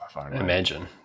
Imagine